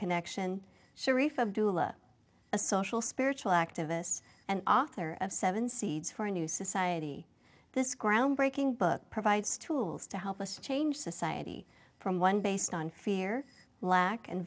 connection sharif of doula a social spiritual activist and author of seven seeds for a new society this groundbreaking book provides tools to help us change society from one based on fear lack